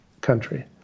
country